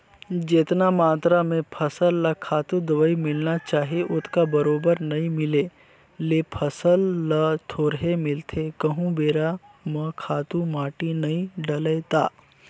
जेतना मातरा में फसल ल खातू, दवई मिलना चाही ओतका बरोबर नइ मिले ले फसल ल थोरहें मिलथे कहूं बेरा म खातू माटी नइ डलय ता